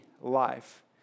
life